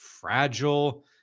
fragile